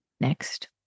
next